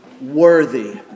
worthy